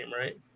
right